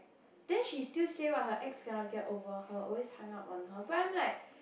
then she still say what her ex cannot get over her always hung up on her but I'm like